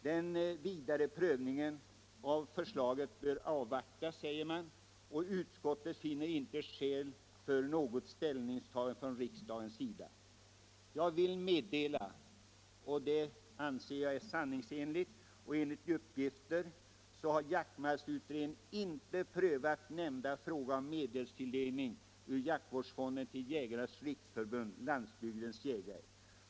Den vidare prövningen av förslaget bör avvaktas, och utskottet finner inte skäl föreslå något ändrat ställningstagande från riksdagens sida.” Jag vill meddela — och det anser jag är sanningsenligt — att enligt uppgifter har jaktmarksutredningen inte prövat nämnda fråga om medelstilldelning ur jaktvårdsfonden till Jägarnas riksförbund-Landsbygdens jägare.